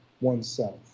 oneself